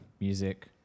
music